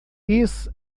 esse